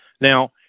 Now